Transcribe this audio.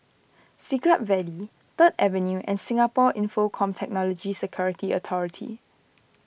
Siglap Valley Third Avenue and Singapore Infocomm Technology Security Authority